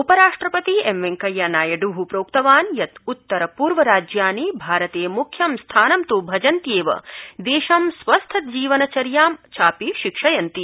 उपराष्ट्रपति एम वेंकैया नायड् प्रोक्तवान् यत् उत्तर पूर्व राज्यानि भारते म्ख्यं स्थानं त् रक्षन्ति एव देशं स्वस्थ जीवनचर्या चापि शिक्षयन्ति